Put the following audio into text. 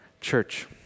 Church